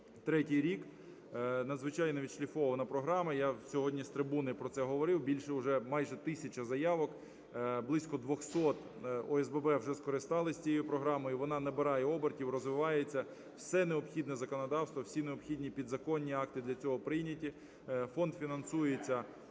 третій рік, надзвичайно відшліфована програма. Я сьогодні з трибуни про це говорив: більше вже майже тисячі заявок, близько 200 ОСББ вже скористались цією програмою, вона набирає обертів, розвивається, все необхідне законодавство, всі необхідні підзаконні акти для цього прийняті, фонд фінансується